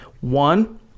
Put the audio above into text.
One